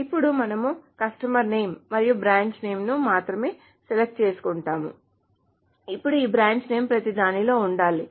ఇప్పుడు మనము customer name మరియు బ్రాంచ్ నేమ్ ను మాత్రమే సెలెక్ట్ చేసుకుంటున్నాము ఇప్పుడు ఈ బ్రాంచ్ నేమ్ ప్రతిదానిలో ఉండాలి